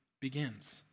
begins